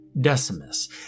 Decimus